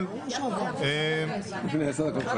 הוראת שעה) (תיקון) (הארכת תוקף),